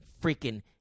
freaking